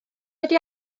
wedi